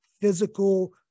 physical